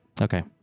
Okay